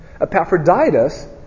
Epaphroditus